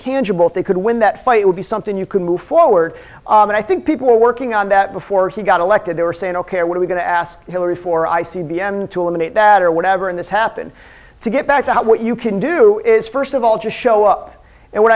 tangible thing could win that fight would be something you could move forward and i think people working on that before he got elected they were saying ok what are we going to ask hillary for i c b m to eliminate that or whatever and this happened to get back to what you can do is first of all just show up and what